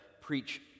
preach